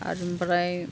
आरो ओमफ्राय